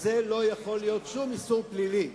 על זה לא יכול להיות שום איסור פלילי.